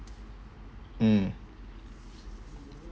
mm